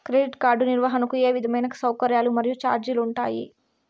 Credit card నిర్వహణకు ఏ విధమైన సౌకర్యాలు మరియు చార్జీలు ఉంటాయా?